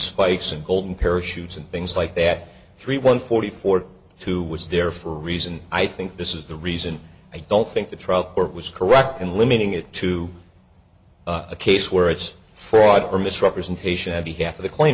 spikes and golden parachutes and things like that three one forty four who was there for a reason i think this is the reason i don't think the trial court was correct in limiting it to a case where it's fraud or misrepresentation of behalf of the claim